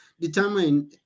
determine